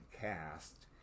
cast